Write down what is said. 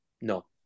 no